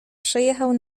przejechał